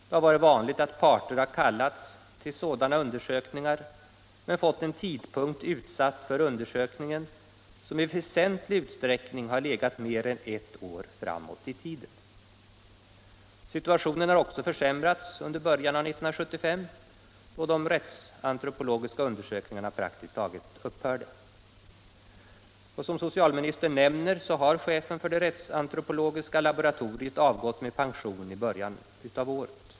Det har varit vanligt att parter har kallats till sådana undersökningar men för undersökningen fått utsatt en tidpunkt, som i väsentlig utsträckning legat mer än ett år framåt i tiden. Situationen har också försämrats under början av 1975, då de rättsantropologiska undersökningarna praktiskt taget upphörde. Som socialministern nämner har chefen för det rättsantropologiska laboratoriet avgått med pension i början av året.